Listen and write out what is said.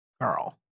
girl